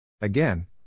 Again